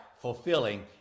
fulfilling